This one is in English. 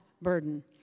burden